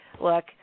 look